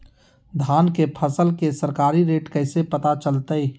धान के फसल के सरकारी रेट कैसे पता चलताय?